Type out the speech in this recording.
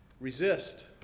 Resist